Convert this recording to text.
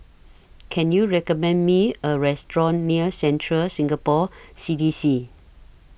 Can YOU recommend Me A Restaurant near Central Singapore C D C